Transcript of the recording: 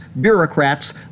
bureaucrats